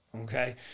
Okay